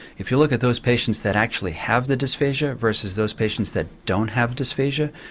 if you look at those patients that actually have the dysphagia versus those patients that don't have dysphagia,